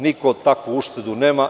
Niko takvu uštedu nema.